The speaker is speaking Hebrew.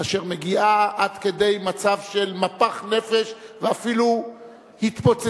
אשר מגיעה עד כדי מצב של מפח נפש ואפילו התפוצצות